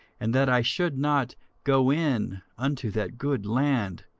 and that i should not go in unto that good land,